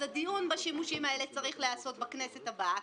אז הדיון בשימושים האלה צריך להיעשות בכנסת הבאה.